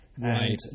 Right